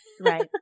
Right